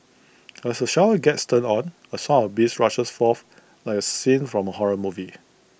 as the shower gets turned on A swarm of bees rushes forth like A scene from A horror movie